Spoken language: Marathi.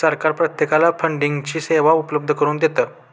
सरकार प्रत्येकाला फंडिंगची सेवा उपलब्ध करून देतं